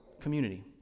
community